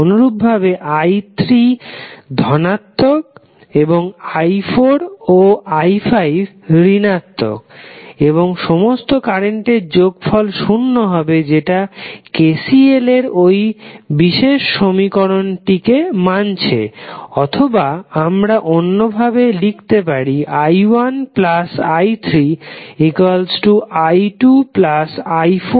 অনুরূপভাবে i3 ধনাত্মক এবং i4 ও i5 ঋণাত্মক এবং সমস্থ কারেন্টের যোগফল শুন্য হবে যেটা KCL এর ওই বিশেষ সমীকরণ টিকে মানছে অথবা আমরা অন্যভাবে লিখতে পারি i1 i3 i2 i4 i5